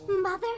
Mother